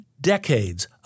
decades